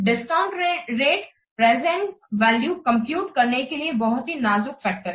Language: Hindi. डिस्काउंट रेटप्रेजेंट वैल्यू कंप्यूटकरने के लिए बहुत ही नाजुक फैक्टर है